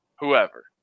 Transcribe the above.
whoever